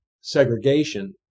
segregation